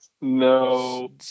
no